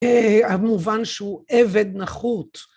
המובן שהוא עבד נחות.